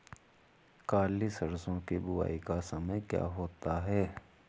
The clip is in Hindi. काली सरसो की बुवाई का समय क्या होता है?